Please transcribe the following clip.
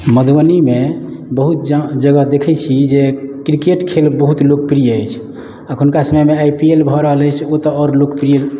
मधुबनीमे बहुत ज जगह देखैत छी जे क्रिकेट खेल बहुत लोकप्रिय अछि एखुनका समयमे आई पी एल भऽ रहल अछि ओ तऽ आओर लोकप्रिय